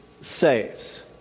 saves